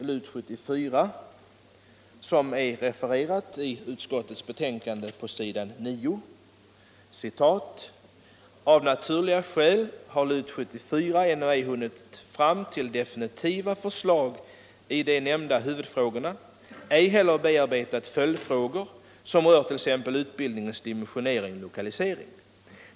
LUT 74 konstaterar, vilket också redovisas på s. 9 i utbildningsutskottets betänkande: ”Av naturliga skäl har LUT 74 ännu ej hunnit fram till definitiva förslag i de nämnda huvudfrågorna, ej heller bearbetat följdfrågor som rör t.ex. utbildningens dimensionering och lokalisering.